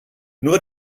nur